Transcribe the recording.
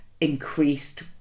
increased